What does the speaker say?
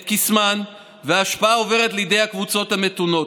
את קסמן, וההשפעה עוברת לידי הקבוצות המתונות.